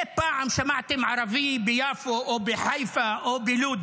אי פעם שמעתם ערבי ביפו או בחיפה או בלוד